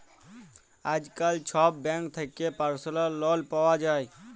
আইজকাল ছব ব্যাংক থ্যাকে পার্সলাল লল পাউয়া যায়